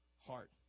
heart